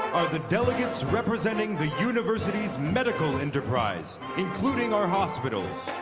the delegates represented the university's medical enterprise, including our hospitals.